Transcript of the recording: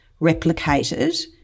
replicated